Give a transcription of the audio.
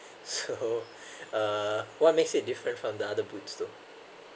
so uh what makes it different from the other boots though